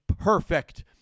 perfect